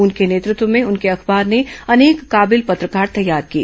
उनके नेतृत्व में उनके अखबार ने अनेक काबिल पत्रकार तैयार किए